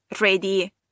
ready